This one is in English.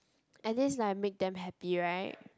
at least like I make them happy right